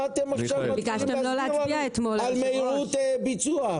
מה אתם עכשיו מתחילים --- על מהירות ביצוע.